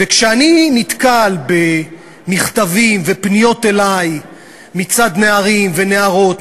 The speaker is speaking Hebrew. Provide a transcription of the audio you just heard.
וכשאני נתקל במכתבים ופניות אלי מצד נערים ונערות,